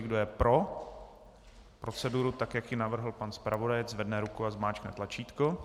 Kdo je pro proceduru tak, jak ji navrhl pan zpravodaj, ať zvedne ruku a zmáčkne tlačítko.